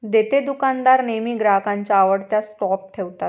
देतेदुकानदार नेहमी ग्राहकांच्या आवडत्या स्टॉप ठेवतात